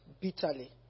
bitterly